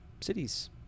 cities